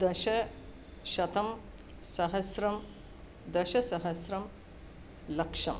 दश शतं सहस्रं दशसहस्रं लक्षम्